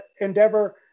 Endeavor